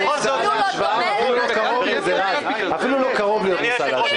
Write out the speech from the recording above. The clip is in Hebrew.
זה אפילו לא קרוב להיות --- אתה אומר